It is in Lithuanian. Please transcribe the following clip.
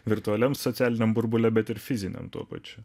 virtualiam socialiniam burbule bet ir fiziniam tuo pačiu